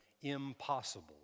Impossible